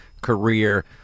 career